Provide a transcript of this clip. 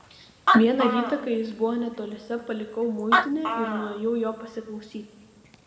vieną rytą kai jis buvo netoliese palikau muitinę ir nuėjau jo pasiklausyti